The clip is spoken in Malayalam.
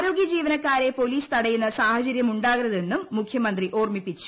ആരോഗ്യ ജീവനക്കാരെ പൊലീസ് ് തടയുന്ന സാഹചര്യമുണ്ടാകരുതെന്നും മുഖ്യമന്ത്രി ഓർമിപ്പിച്ചു